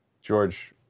George